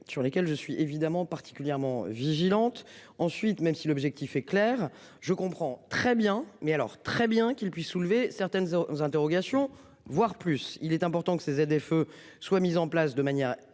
Sur lesquelles je suis évidemment particulièrement vigilante. Ensuite même si l'objectif est clair, je comprends très bien mais alors très bien qu'il puisse soulever certaines aux interrogations voire plus. Il est important que ces ZFE soit mise en place de manière concertée